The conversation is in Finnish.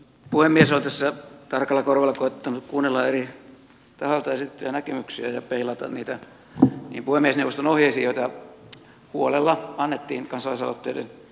olen tässä tarkalla korvalla koettanut kuunnella eri tahoilta esitettyjä näkemyksiä ja peilata niitä niihin puhemiesneuvoston ohjeisiin joita huolella annettiin kansalaisaloitteiden käsittelystä